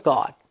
God